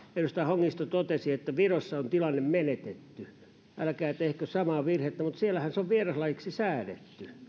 edustaja hongisto totesi että virossa on tilanne menetetty ja älkää tehkö samaa virhettä mutta siellähän se on vieraslajiksi säädetty